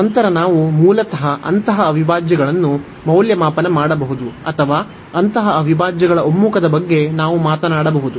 ನಂತರ ನಾವು ಮೂಲತಃ ಅಂತಹ ಅವಿಭಾಜ್ಯಗಳನ್ನು ಮೌಲ್ಯಮಾಪನ ಮಾಡಬಹುದು ಅಥವಾ ಅಂತಹ ಅವಿಭಾಜ್ಯಗಳ ಒಮ್ಮುಖದ ಬಗ್ಗೆ ನಾವು ಮಾತನಾಡಬಹುದು